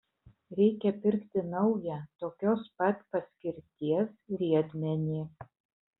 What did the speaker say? reikia pirkti naują tokios pat paskirties riedmenį